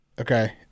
Okay